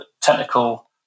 technical